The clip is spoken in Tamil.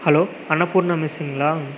ஹலோ அன்னப்பூர்ணா மெஸுங்களா